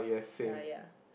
ya ya